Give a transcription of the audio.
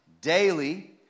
daily